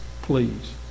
please